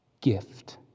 gift